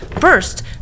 First